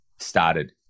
started